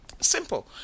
Simple